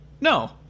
No